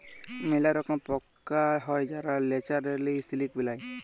ম্যালা রকম পকা হ্যয় যারা ল্যাচারেলি সিলিক বেলায়